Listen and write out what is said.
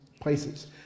places